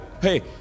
hey